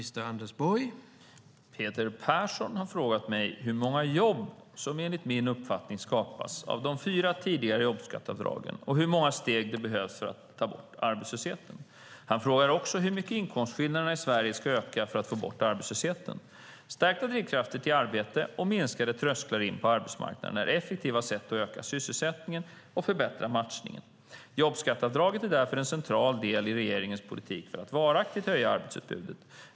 Herr talman! Peter Persson har frågat mig hur många jobb som enligt min uppfattning skapats av de fyra tidigare jobbskatteavdragen och hur många steg det behövs för att ta bort arbetslösheten. Han har också frågat hur mycket inkomstskillnaderna i Sverige ska öka för att få bort arbetslösheten. Stärkta drivkrafter till arbete och minskade trösklar in på arbetsmarknaden är effektiva sätt att öka sysselsättningen och förbättra matchningen. Jobbskatteavdraget är därför en central del i regeringens politik för att varaktigt höja arbetsutbudet.